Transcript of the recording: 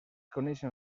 coneixen